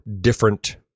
different